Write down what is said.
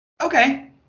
Okay